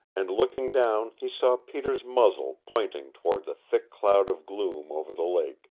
and looking down he saw peter's muzzle pointing toward the thick cloud of gloom over the lake.